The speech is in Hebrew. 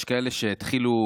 יש כאלה שהתחילו,